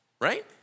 right